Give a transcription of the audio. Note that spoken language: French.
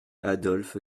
adolphe